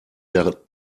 der